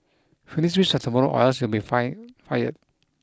finish this tomorrow or else you'll be fire fired